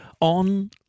on